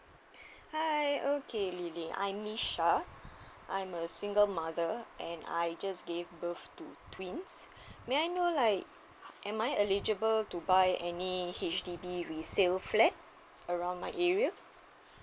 hi okay lily I'm misha I'm a single mother and I just gave birth to twins may I know like am I eligible to buy any H_D_B resale flat around my area